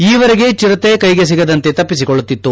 ಈವರೆಗೆ ಚಿರತೆ ಕೈಗೆ ಸಿಗದಂತೆ ತಪ್ಪಿಸಿಕೊಳ್ಳುತ್ತಿತ್ತು